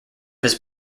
his